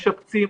משפצים.